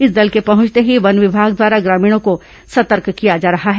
इस दल के पहुंचते ही वन विभाग द्वारा ग्रामीणों को सतर्क किया जा रहा है